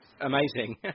amazing